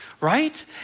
right